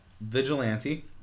Vigilante